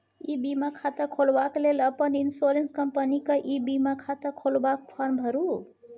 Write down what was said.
इ बीमा खाता खोलबाक लेल अपन इन्स्योरेन्स कंपनीक ई बीमा खाता खोलबाक फार्म भरु